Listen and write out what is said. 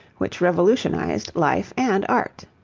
which revolutionized life and art.